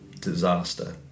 disaster